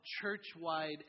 church-wide